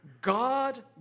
God